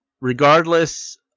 regardless